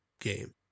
game